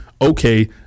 okay